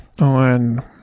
on